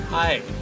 Hi